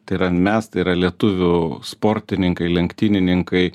tai yra mes tai yra lietuvių sportininkai lenktynininkai